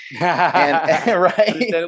Right